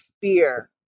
fear